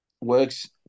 Works